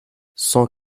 cent